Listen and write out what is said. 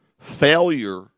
Failure